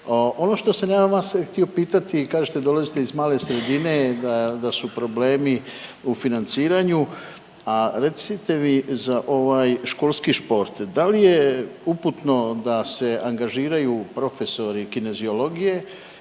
Ono što sam ja vas htio pitati kažete dolazite iz male sredine da su problemi u financiranju, a recite mi za ovaj školski sport da li je uputno da se angažiraju profesori kineziologije